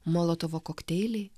molotovo kokteiliai